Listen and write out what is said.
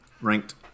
Ranked